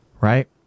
Right